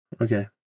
Okay